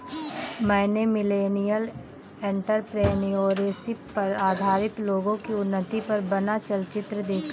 मैंने millennial entrepreneurship पर आधारित लोगो की उन्नति पर बना चलचित्र देखा